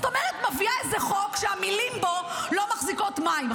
זאת אומרת שהיא מביאה איזה חוק שהמילים בו לא מחזיקות מים.